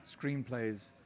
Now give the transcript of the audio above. screenplays